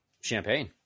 champagne